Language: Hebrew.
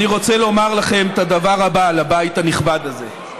אני רוצה לומר לכם, לבית הנכבד הזה,